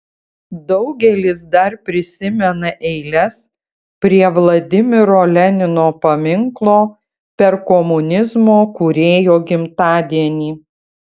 daugelis dar prisimena eiles prie vladimiro lenino paminklo per komunizmo kūrėjo gimtadienį